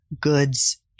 goods